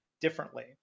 differently